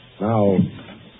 Now